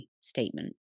statement